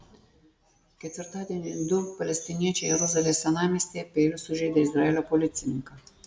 ketvirtadienį du palestiniečiai jeruzalės senamiestyje peiliu sužeidė izraelio policininką